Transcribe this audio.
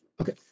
Okay